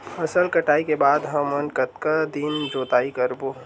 फसल कटाई के बाद हमन कतका दिन जोताई करबो?